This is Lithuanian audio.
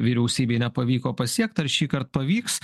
vyriausybei nepavyko pasiekt ar šįkart pavyks